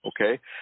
Okay